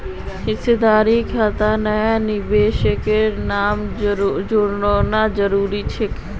हिस्सेदारी खातात नया निवेशकेर नाम जोड़ना जरूरी छेक